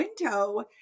window